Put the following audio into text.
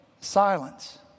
silence